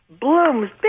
blooms